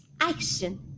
action